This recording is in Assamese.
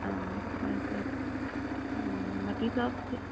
অঁ তাৰ পিছত বাকী চব ঠিক